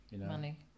money